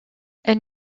elles